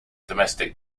domestic